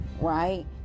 right